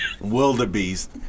Wildebeest